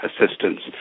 assistance